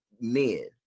men